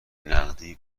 نقدی